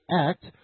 act